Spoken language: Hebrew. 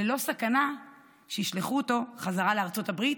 ללא סכנה שישלחו אותו חזרה לארצות הברית,